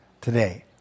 today